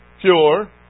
Pure